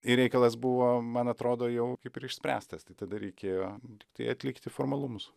ir reikalas buvo man atrodo jau kaip ir išspręstas tai tada reikėjo tiktai atlikti formalumus